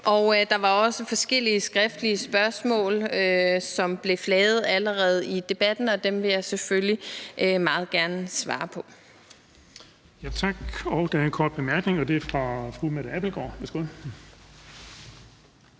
og der var også forskellige skriftlige spørgsmål, som blev rejst allerede i debatten, og dem vil jeg selvfølgelig meget gerne svare på.